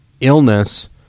illness